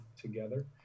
together